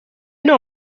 نوع